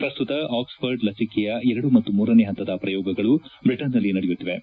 ಪ್ರಸ್ತುತ ಆಕ್ಸ್ಫರ್ಡ್ ಲಸಿಕೆಯ ಎರಡು ಮತ್ತು ಮೂರನೇ ಹಂತದ ಪ್ರಯೋಗಗಳು ಬ್ರಿಟನ್ನಲ್ಲಿ ನಡೆಯುತ್ತಿವೆ